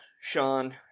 Sean